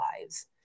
lives